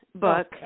book